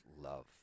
love